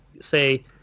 Say